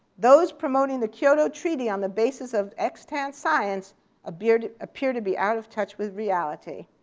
those promoting the kyoto treaty on the basis of extant science appear to appear to be out of touch with reality.